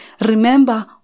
remember